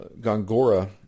Gongora